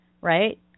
right